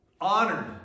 Honored